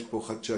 יש פה חדשנות,